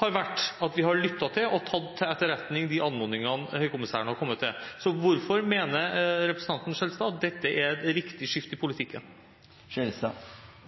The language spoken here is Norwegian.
har vært at vi har lyttet til og tatt til etterretning anmodningene fra høykommissæren. Hvorfor mener representanten Skjelstad at dette er et riktig skifte i politikken?